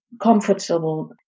comfortable